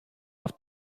auf